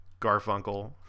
Garfunkel